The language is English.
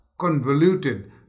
convoluted